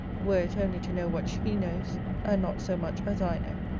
were it only to know what she knows, and not so much as i know.